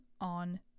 on